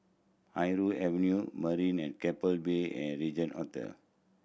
Irau Avenue Marina at Keppel Bay and Regin Hotel